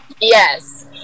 yes